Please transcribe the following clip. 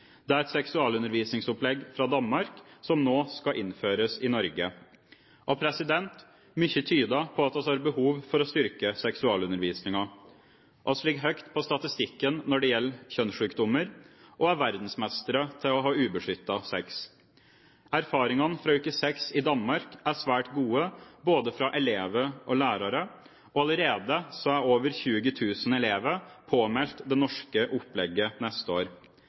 Det er et seksualundervisningsopplegg fra Danmark, som nå skal innføres i Norge. Mye tyder på at vi har behov for å styrke seksualundervisningen. Vi ligger høyt på statistikken når det gjelder kjønnssykdommer og er verdensmestre til å ha ubeskyttet sex. Erfaringene fra Uke Sex i Danmark er svært gode både fra elever og lærere, og allerede er over 20 000 elever påmeldt det norske opplegget neste år.